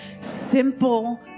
simple